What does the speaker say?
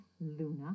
Luna